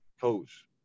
Coach